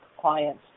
clients